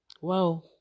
Wow